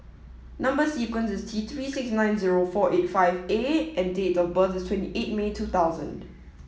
number sequence is T three six nine four eight five A and date of birth is twenty eight May two thousand